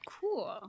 Cool